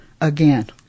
again